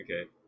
Okay